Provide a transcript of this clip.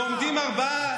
ועומדים ארבעה,